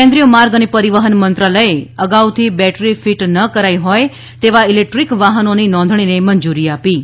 કેન્દ્રીય માર્ગ અને પરિવહન મંત્રાલયે અગાઉથી બેટરી ફીટ ન કરાઈ હોય તેવા ઇલેક્ટ્રીક વાહનોની નોંધણીને મંજૂરી આપી છે